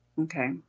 Okay